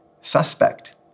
suspect